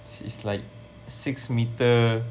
six like six meter